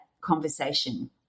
conversation